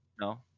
No